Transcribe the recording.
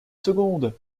secondes